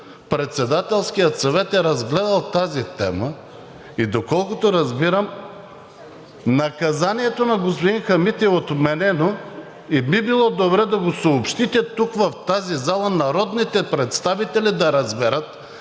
Председателският съвет е разгледал тази тема и доколкото разбирам, наказанието на господин Хамид е отменено и би било добре да го съобщите тук в тази зала и народните представители да разберат,